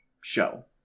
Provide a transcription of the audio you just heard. show